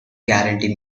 guarantee